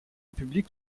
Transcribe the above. publique